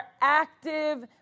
active